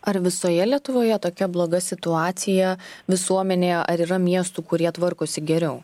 ar visoje lietuvoje tokia bloga situacija visuomenėje ar yra miestų kurie tvarkosi geriau